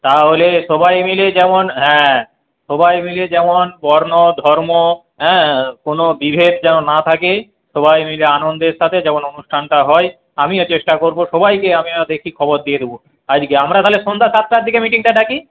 তাহলে সবাই মিলে যেমন হ্যাঁ সবাই মিলে যেমন বর্ণ ধর্ম হ্যাঁ কোনও বিভেদ যেন না থাকে সবাই মিলে আনন্দের সাথে যেন অনুষ্ঠানটা হয় আমিও চেষ্টা করব সবাইকে আমিও দেখি খবর দিয়ে দেব আজকে আমরা তাহলে সন্ধ্যা সাতটার দিকে মিটিংটা ডাকি